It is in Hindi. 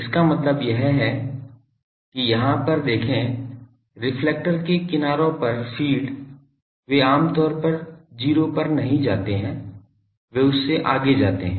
इसका मतलब यह है कि यहाँ पर देखें रिफ्लेक्टर के किनारों पर फ़ीड वे आमतौर पर 0 पर नहीं जाते हैं वे उससे आगे जाते हैं